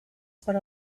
for